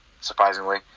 surprisingly